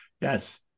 Yes